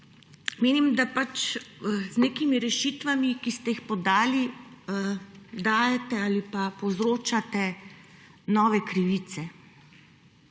Menim, da z nekimi rešitvami, ki ste jih podali, dajete ali pa povzročate nove krivice.